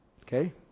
Okay